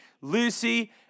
Lucy